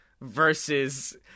versus